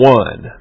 one